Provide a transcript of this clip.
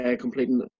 completing